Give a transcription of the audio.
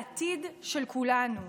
לעתיד של כולנו.